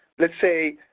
let's say,